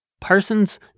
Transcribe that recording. Parsons